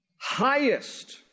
highest